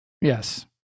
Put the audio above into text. Yes